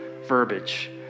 verbiage